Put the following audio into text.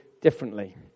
differently